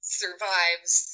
survives